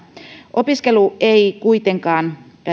opiskelu ei kuitenkaan